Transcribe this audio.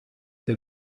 der